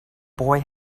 boy